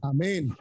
Amen